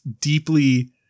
deeply